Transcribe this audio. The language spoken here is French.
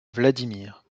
vladimir